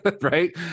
Right